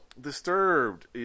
Disturbed